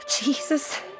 Jesus